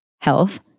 Health